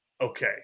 okay